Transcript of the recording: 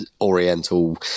Oriental